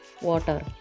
water